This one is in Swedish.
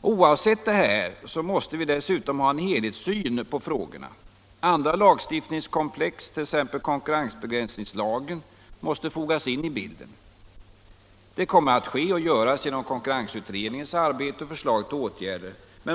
Oavsett detta måste vi dessutom ha en helhetssyn på de här frågorna. Andra lagstiftningskomplex, t.ex. konkurrensbegränsningslagen, måste fogas in i bilden. Det kommer att göras genom konkurrensutredningens arbete och förslag till åtgärder.